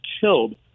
killed